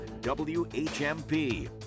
WHMP